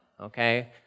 okay